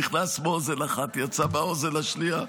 נכנס מאוזן אחת, יצא מהאוזן השנייה.